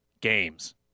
games